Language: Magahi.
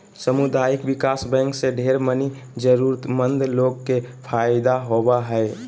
सामुदायिक विकास बैंक से ढेर मनी जरूरतमन्द लोग के फायदा होवो हय